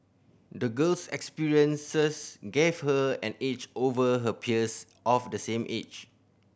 the girl's experiences gave her an edge over her peers of the same age